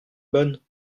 bonnes